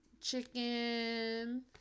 chicken